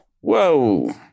Whoa